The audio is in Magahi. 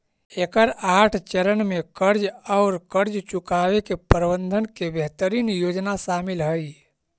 एकर आठ चरण में कर्ज औउर कर्ज चुकावे के प्रबंधन के बेहतरीन योजना शामिल हई